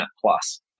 plus